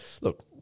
look